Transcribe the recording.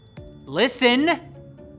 Listen